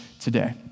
today